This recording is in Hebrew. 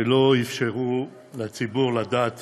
שלא אפשרו לציבור לדעת